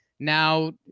Now